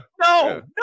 no